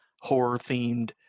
horror-themed